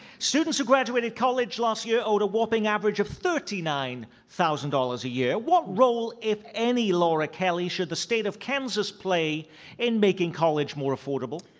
students who graduated college last year owed a whopping average of thirty nine thousand dollars a year. what role if any, laura kelly, should the state of kansas play in making college more affordable?